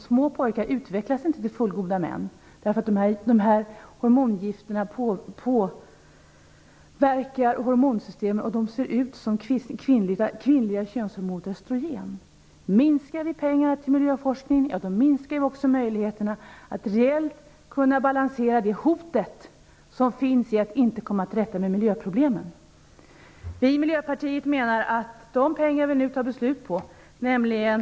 Små pojkar utvecklas nämligen inte till fullgoda män eftersom dessa hormongifter påverkar hormonsystemet. De ser ut som det kvinnliga könshormonet östrogen. Minskar vi pengarna till miljöforskningen, minskar vi också möjligheterna att reellt kunna balansera det hot som ligger i att inte komma till rätta med miljöproblemen.